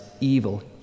evil